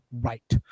right